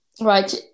Right